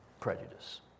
prejudice